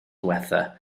ddiwethaf